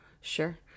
sure